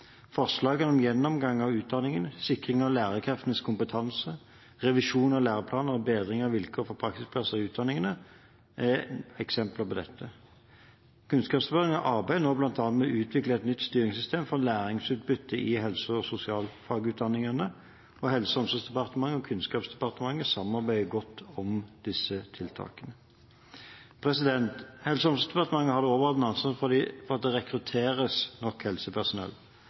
Forslagene om gjennomgang av utdanningene, sikring av lærerkreftenes kompetanse, revisjon av læreplaner og bedring av vilkårene for praksisplasser i utdanningene er eksempler på dette. Kunnskapsdepartementet arbeider bl.a. med å utvikle et nytt styringssystem for læringsutbytte i helse- og sosialfagutdanningene. Helse- og omsorgsdepartementet og Kunnskapsdepartementet samarbeider godt om disse tiltakene. Helse- og omsorgsdepartementet har det overordnede ansvaret for at det rekrutteres nok helsepersonell.